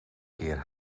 keer